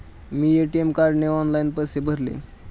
मी ATM कार्डने online पैसे भरले